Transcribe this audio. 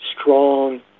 strong